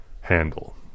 handle